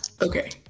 Okay